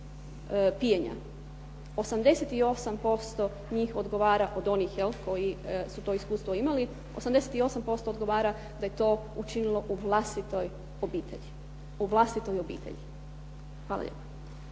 88% njih odgovara od onih jel' koji su to iskustvo imali, 88% odgovara da je to učinilo u vlastitoj obitelji. Hvala lijepa. **Jarnjak,